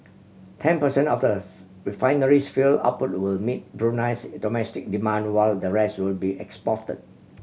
ten percent of the refinery's fuel output will meet Brunei's domestic demand while the rest will be exported